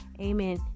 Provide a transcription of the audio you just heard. Amen